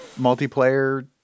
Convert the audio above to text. multiplayer